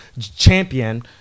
champion